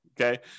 Okay